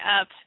up